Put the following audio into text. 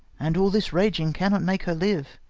and all this raging cannot make her live.